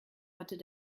hat